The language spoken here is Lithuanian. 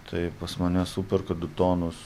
tai pas mane superka du tonos